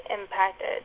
impacted